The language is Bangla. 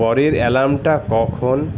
পরের অ্যালার্মটা কখন